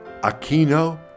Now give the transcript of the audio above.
Aquino